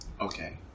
Okay